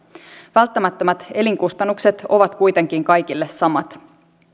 välttämättömät elinkustannukset ovat kuitenkin kaikille samat